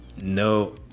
no